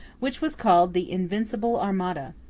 which was called the invincible armada.